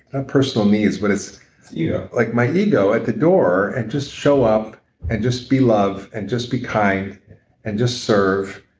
ah personal needs, but it's yeah like my ego at the door and just show up and just be love and just be kind and just serve,